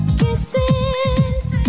kisses